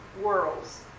worlds